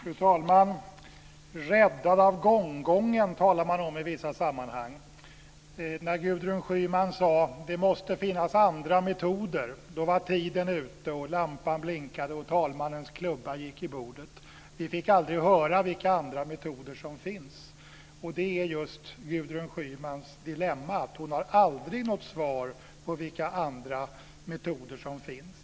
Fru talman! Räddad av gonggongen, talar man om i vissa sammanhang. När Gudrun Schyman sade att det måste finnas andra metoder var tiden ute, lampan blinkade och talmannens klubba gick i bordet. Vi fick aldrig höra vilka andra metoder som finns. Det är just Gudrun Schymans dilemma att hon aldrig har något svar på frågan vilka andra metoder det finns.